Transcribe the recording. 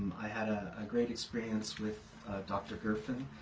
i had a ah great experience with dr. gerfen,